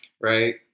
right